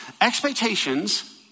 Expectations